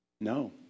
No